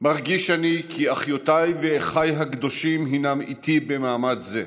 "מרגיש אני כי אחיותיי ואחיי הקדושים הינם איתי במעמד זה,